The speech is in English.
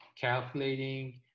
Calculating